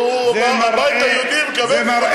הוא עונה במשותף.